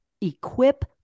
equip